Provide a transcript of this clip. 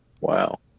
Wow